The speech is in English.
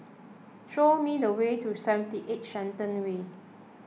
show me the way to seventy eight Shenton Way